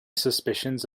suspicions